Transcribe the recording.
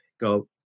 go